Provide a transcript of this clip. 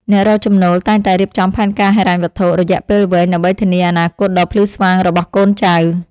អ្នករកចំណូលតែងតែរៀបចំផែនការហិរញ្ញវត្ថុរយៈពេលវែងដើម្បីធានាអនាគតដ៏ភ្លឺស្វាងរបស់កូនចៅ។